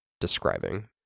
describing